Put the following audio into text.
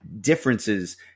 differences